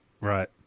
Right